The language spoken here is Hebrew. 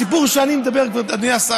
בסיפור שאני מדבר עליו,